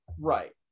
right